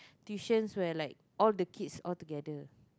tuitions where like all the kids altogether